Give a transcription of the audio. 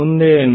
ಮುಂದೆ ಏನು